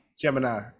gemini